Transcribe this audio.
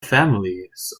families